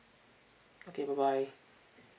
okay bye bye